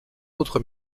autres